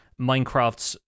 Minecraft's